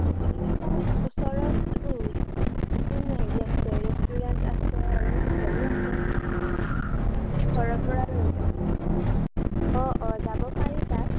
তাত ওচৰত বহুত খন হেৰি আছে ৰেষ্টোৰেণ্ট আছে আৰু হোটেলো আছে ঘৰৰ পৰা লৈ যাব অ' অ' যাব পাৰি তাত